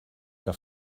que